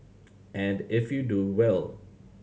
and if you do well